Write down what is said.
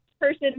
person